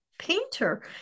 painter